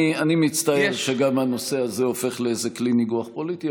אני מצטער שגם הנושא הזה הופך לאיזה כלי ניגוח פוליטי,